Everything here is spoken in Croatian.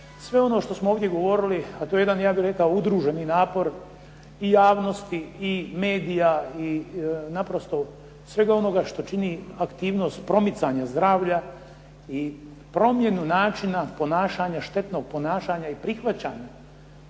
sve ono što smo ovdje govorili, a to je jedan ja bih rekao udruženi napor i javnosti i medija i naprosto svega onoga što čini aktivnost promicanja zdravlja i promjenu načina ponašanja, štetnog ponašanja i prihvaćanja